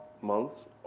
months